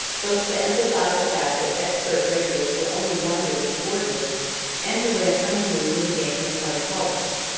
both to emphasize the fact that expert regulars were only wanted as subordinates and to win a cunning move in the game of party politics.